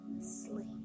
sleep